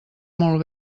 molt